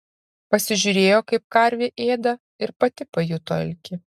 pasižiūrėjo kaip karvė ėda ir pati pajuto alkį